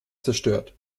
zerstört